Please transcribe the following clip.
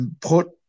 put